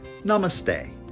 Namaste